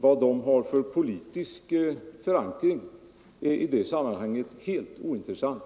Vad dessa personer har för politisk förankring är i det sammanhanget helt ointressant.